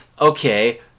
okay